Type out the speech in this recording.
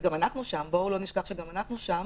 וגם אנחנו שם, בואו לא נשכח שגם אנחנו שם